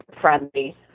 friendly